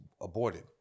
aborted